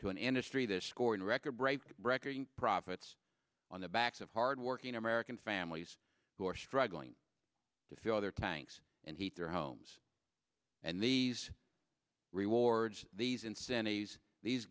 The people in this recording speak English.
to an industry this scoring record breaking record profits on the backs of hard working american families who are struggling to fill their tanks and heat their homes and these rewards these insanities these